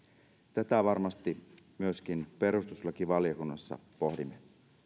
tätä varmasti myöskin perustuslakivaliokunnassa pohdimme